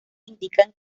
indican